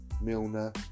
Milner